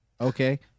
Okay